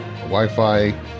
Wi-Fi